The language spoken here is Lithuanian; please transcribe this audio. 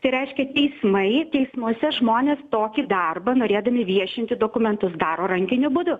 tai reiškia teismai teismuose žmonės tokį darbą norėdami viešinti dokumentus daro rankiniu būdu